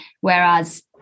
Whereas